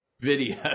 Video